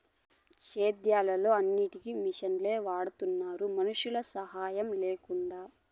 సేద్యంలో అన్నిటికీ మిషనులే వాడుతున్నారు మనుషుల సాహాయం లేకుండా